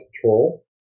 control